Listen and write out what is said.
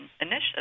initiative